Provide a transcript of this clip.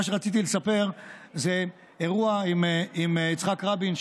מה שרציתי לספר זה אירוע עם יצחק רבין,